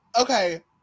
Okay